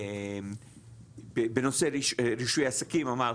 בנושא רישוי עסקים אמרתי,